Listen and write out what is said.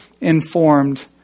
informed